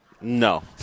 No